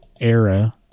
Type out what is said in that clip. era